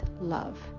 love